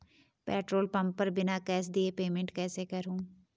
Petrol pump पर बिना cash दिए पेमेंट कैसे करूँ?